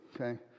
okay